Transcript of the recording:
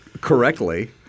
correctly